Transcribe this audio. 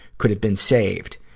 could have been saved.